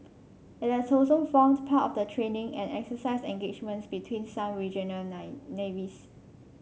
it has also formed part of the training and exercise engagements between some regional nine navies